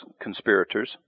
conspirators